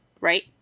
right